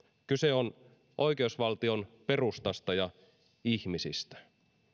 kyse on oikeusvaltion perustasta ja ihmisistä